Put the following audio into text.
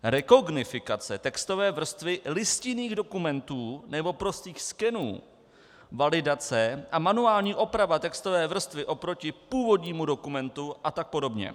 Rekognifikace textové vrstvy listinných dokumentů nebo prostých skenů, validace a manuální oprava textové vrstvy oproti původnímu dokumentu a tak podobně.